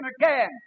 again